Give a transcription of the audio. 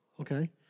Okay